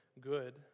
good